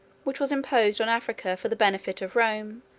which was imposed on africa for the benefit of rome,